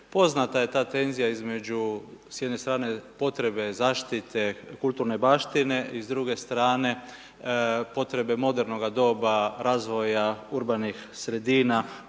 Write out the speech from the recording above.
poznata je ta tenzija između s jedne strane, potrebne zaštite kulturne baštine i s druge strane potrebe modernoga doba razvoja urbanih sredina,